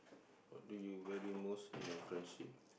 what do you value most in a friendship